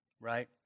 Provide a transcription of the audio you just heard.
right